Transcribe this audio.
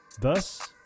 Thus